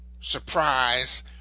surprise